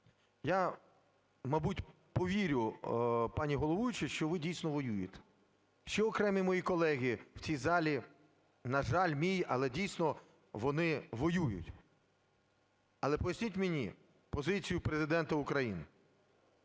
Я, мабуть, повірю пані головуючій, що ви дійсно воюєте. Ще окремі мої колеги в цій залі, на жаль, мій… але дійсно вони воюють. Але поясніть мені позицію Президента України,